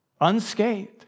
unscathed